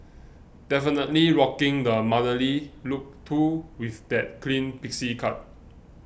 definitely rocking the motherly look too with that clean pixie cut